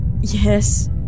Yes